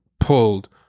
Pulled